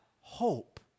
hope